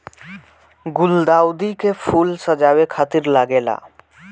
गुलदाउदी के फूल सजावे खातिर लागेला